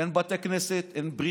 אין בתי כנסת, אין בריתות,